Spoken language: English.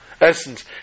essence